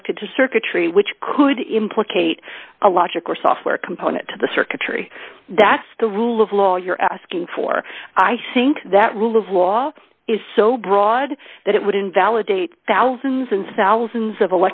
directed to circuitry which could implicate a logic or software component to the circuitry that's the rule of law you're asking for i think that rule of law is so broad that it would invalidate thousands and thousands of